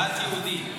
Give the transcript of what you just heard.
דת יהודית.